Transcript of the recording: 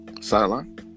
sideline